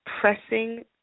pressing